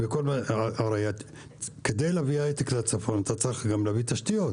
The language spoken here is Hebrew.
כי כדי להביא הייטק לצפון אתה צריך להביא גם תשתיות